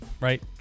right